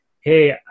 Hey